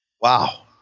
Wow